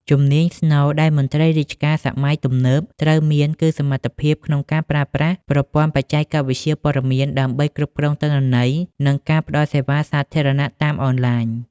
ជំនាញស្នូលដែលមន្ត្រីរាជការសម័យទំនើបត្រូវមាន គឺសមត្ថភាពក្នុងការប្រើប្រាស់ប្រព័ន្ធបច្ចេកវិទ្យាព័ត៌មាន ដើម្បីគ្រប់គ្រងទិន្នន័យ និងការផ្តល់សេវាសាធារណៈតាមអនឡាញ។